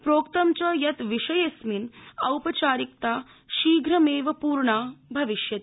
प्रोक्तं च यत् विषयेऽस्मिन् औपचारिकता शीघ्रमेव पूर्णा भविष्यति